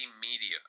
media